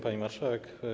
Pani Marszałek!